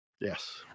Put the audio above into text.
Yes